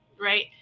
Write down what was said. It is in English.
right